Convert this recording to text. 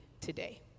today